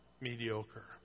mediocre